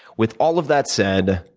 with all of that said,